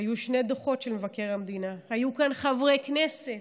היו שני דוחות של מבקר המדינה, היו כאן חברי כנסת